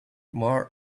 more